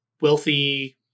wealthy